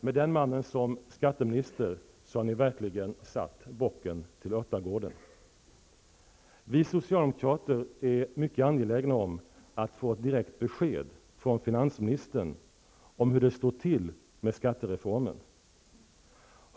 Med den mannen som skatteminister har ni verkligen satt Vi socialdemokrater är mycket angelägna om att få ett direkt besked från finansministern om hur det står till med skattereformen.